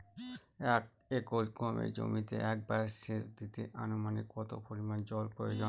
এক একর গমের জমিতে একবার শেচ দিতে অনুমানিক কত পরিমান জল প্রয়োজন?